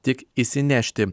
tik išsinešti